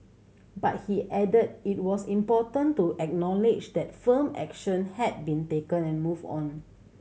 but he added it was important to acknowledge that firm action had been taken and move on